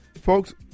folks